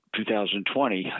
2020